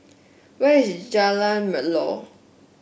where is Jalan Melor